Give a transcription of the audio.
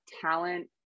talent